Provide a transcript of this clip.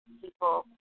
people